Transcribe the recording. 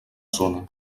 zona